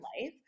life